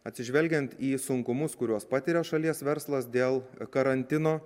atsižvelgiant į sunkumus kuriuos patiria šalies verslas dėl karantino